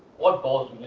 what balls